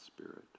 spirit